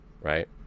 right